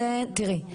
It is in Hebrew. תיראי,